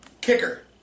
Kicker